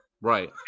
right